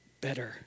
better